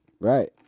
Right